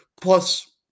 plus